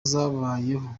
zabayeho